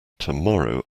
tomorrow